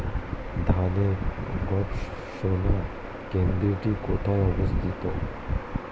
ধানের গবষণা কেন্দ্রটি কোথায় অবস্থিত?